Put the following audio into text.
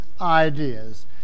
ideas